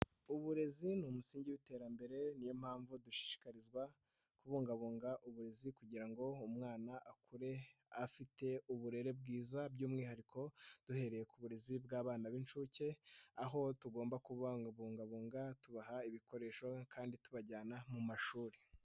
Uburezi ni umusingi w'iterambere, niyo mpamvu dushishikarizwa kubungabunga uburezi kugira ngo umwana akure afite uburere bwiza by'umwihariko duhereye ku burezi bw'abana b'inshuke, aho tugomba kububungabunga tubaha ibikoresho kandi tubajyana mu mashuri.